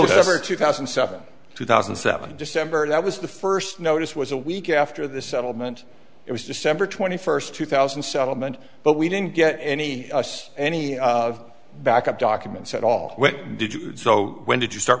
or two thousand and seven two thousand and seven december that was the first notice was a week after the settlement it was december twenty first two thousand settlement but we didn't get any us any backup documents at all what did you so when did you start